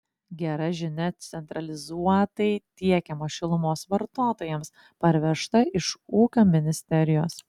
gera žinia centralizuotai tiekiamos šilumos vartotojams parvežta iš ūkio ministerijos